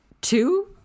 two